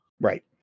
Right